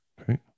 Okay